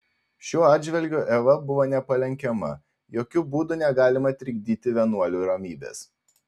šiuo atžvilgiu eva buvo nepalenkiama jokiu būdu negalima trikdyti vienuolių ramybės